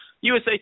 USA